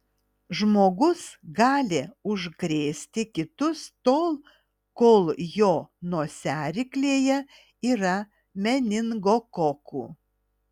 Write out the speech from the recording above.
žmogus gali užkrėsti kitus tol kol jo nosiaryklėje yra meningokokų